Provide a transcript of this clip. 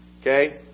Okay